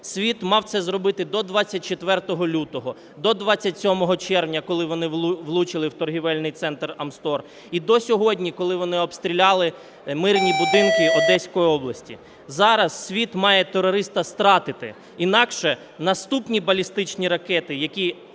Світ мав це зробити до 24 лютого, до 27 червня, коли вони влучили у торгівельний центр "Амстор", і до сьогодні, коли вони обстріляли мирні будинки Одеської області. Зараз світ має терориста стратити, інакше наступні балістичні ракети, які